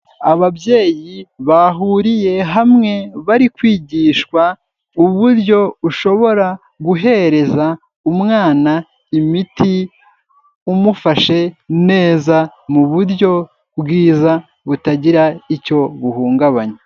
Ababyeyi bahuriye hamwe, bari kwigishwa uburyo ushobora guhereza umwana imiti umufashe neza, mu buryo bwiza butagira icyo buhungabanya.